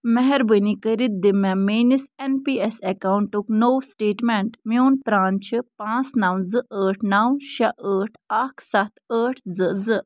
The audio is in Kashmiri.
مہربٲنی کٔرِتھ دِ مےٚ میٛٲنِس ایٚن پی ایٚس ایٚکاونٛٹُک نوٚو سٹیٹمیٚنٛٹ میٛون پرٛان چھُ پانٛژھ نَو زٕ ٲٹھ نَو شےٚ ٲٹھ اکھ سَتھ ٲٹھ زٕ زٕ